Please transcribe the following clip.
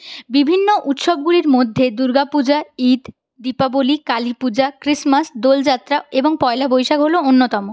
বিভিন্ন উৎসবগুলির মধ্যে দুর্গা পূজা ঈদ দীপাবলি কালী পূজা খ্রীষ্টমাস দোল যাত্রা এবং পয়লা বৈশাখ হল অন্যতম